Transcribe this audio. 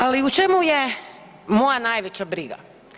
Ali u čemu je moja najveća briga?